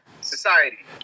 society